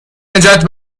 نجات